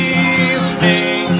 evening